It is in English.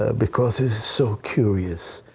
ah because it's so curious.